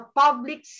public